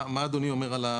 מה אדוני אומר?